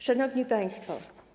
Szanowni Państwo!